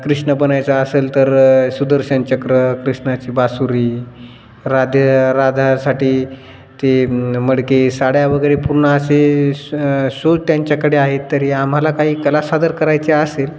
कृष्ण बनायचं असेल तर सुदर्शन चक्र कृष्णाची बासुरी राधे राधासाठी ते मडके साड्या वगैरे पूर्ण असे शो शो त्यांच्याकडे आहेत तरी आम्हाला काही कला सादर करायचे असेल